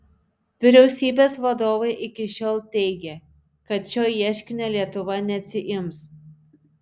vyriausybės vadovai iki šiol teigė kad šio ieškinio lietuva neatsiims